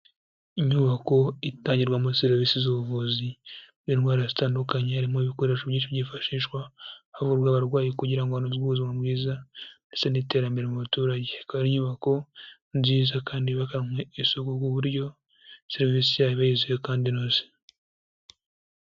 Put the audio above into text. Inyubako itangirwamo serivisi z'ubuvuzi bw'indwara zitandukanye, harimo ibikoresho byinshi byifashishwa havurwa abarwayi, kugira ngo hanozwe ubuzima bwiza ndetse n'iterambere mu baturage, ikaba ari inyubako nziza kandi yubakanywe isuku ku buryo serivisi y'aho iba yizewe kandi inoze.